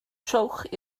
trowch